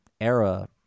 era